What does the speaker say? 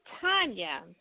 Tanya